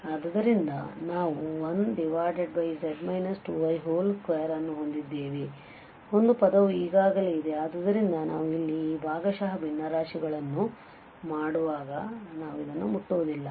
ಆದ್ದರಿಂದ ನಾವು 1z 2i2 ಅನ್ನು ಹೊಂದಿದ್ದೇವೆ ಒಂದು ಪದವು ಈಗಾಗಲೇ ಇದೆ ಆದ್ದರಿಂದ ನಾವು ಇಲ್ಲಿ ಈ ಭಾಗಶಃ ಭಿನ್ನರಾಶಿಗಳನ್ನು ಮಾಡುವಾಗ ನಾವು ಮುಟ್ಟುವುದಿಲ್ಲ